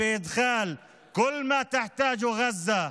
הממשלה מג'נונה,